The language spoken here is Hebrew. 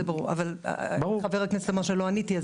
זה ברור, אבל חבר הכנסת אמר שלא עניתי.